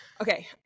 Okay